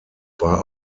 war